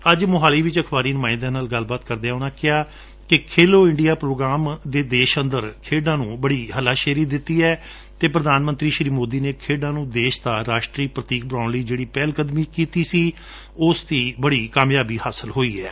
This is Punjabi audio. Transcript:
ਅੱਜ ਮੋਹਾਲੀ ਵਿਚ ਅਖਬਾਰੀ ਨੁਮਾਇੰਦਿਆਂ ਨਾਲ ਗੱਲਬਾਤ ਕਰਦਿਆਂ ਉਨੂਾਂ ਕਿਹਾ ਕਿ ਖੇਲੋ ਇੰਡੀਆ ਪ੍ਰੋਗਰਾਮ ਨੇ ਦੇਸ਼ ਅੰਦਰ ਖੇਡਾ ਨੂੰ ਬੜੀ ਹੱਲਾ ਸ਼ੇਰੀ ਦਿੱਤੀ ਏ ਅਤੇ ਪ੍ਰਧਾਨ ਮੰਤਰੀ ਸ੍ਰੀ ਮੋਦੀ ਨੇ ਖੇਡਾ ਨੂੰ ਦੇਸ਼ ਦਾ ਰਾਸ਼ਟਰੀ ਪ੍ਰਤੀਕ ਬਣਾਉਣ ਲਈ ਜਿਹੜੀ ਪਹਿਲ ਕਦਮੀ ਕੀਤੀ ਸੀ ਉਹ ਬੜੀ ਕਾਮਯਾਬ ਰਹੀ ਏ